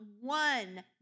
one